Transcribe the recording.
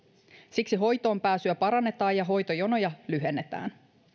siksi hoitoonpääsyä parannetaan ja hoitojonoja lyhennetään